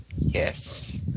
Yes